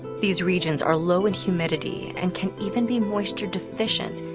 these regions are low in humidity and can even be moisture-deficient,